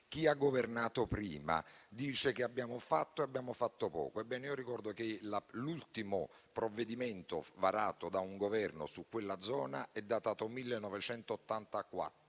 Chi ha governato prima dice che abbiamo fatto e abbiamo fatto poco. Ebbene, ricordo che l'ultimo provvedimento varato da un Governo su quella zona è datato 1984.